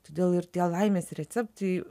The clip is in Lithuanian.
todėl ir tie laimės receptai